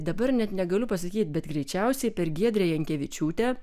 dabar net negaliu pasakyti bet greičiausiai per giedrę jankevičiūtę